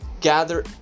Gather